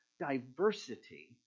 diversity